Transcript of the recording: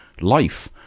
life